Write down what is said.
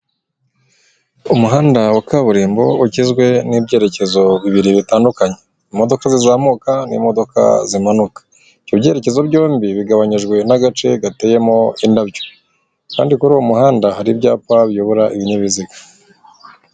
Umuhanda wa kaburimbo ugizwe n'ibyerekezo bibiri bitandukanye, imodoka zizamuka n'imodoka zimanuka. Ibyo byerekezo byombi bigabanyijwe n'agace gateyemo indabyo, kandi kuri uwo muhanda hari ibyapa biyobora ibinyabiziga.